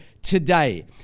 today